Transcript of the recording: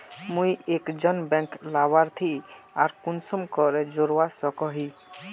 मुई एक जन बैंक लाभारती आर कुंसम करे जोड़वा सकोहो ही?